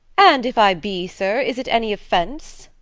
and if i be, sir, is it any offence?